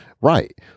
right